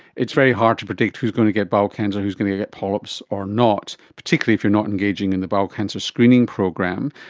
it's very hard to predict who is going to get bowel cancer and who is going to get polyps or not, particularly if you are not engaging in the bowel cancer screening program.